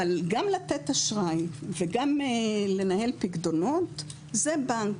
אבל גם לתת אשראי וגם לנהל פיקדונות זה בנק.